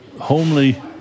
homely